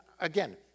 Again